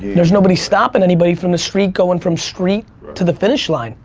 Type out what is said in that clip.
there's nobody stopping anybody from the street going from street to the finish line,